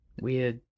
weird